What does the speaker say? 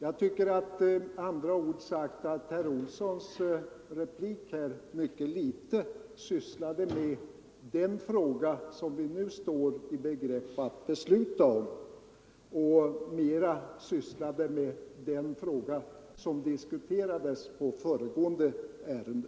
Jag tycker med andra ord att herr Olssons replik mycket litet sysslade med den fråga som vi nu står i begrepp att besluta om och mera rörde den fråga som diskuterades under föregående punkt